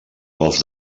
golf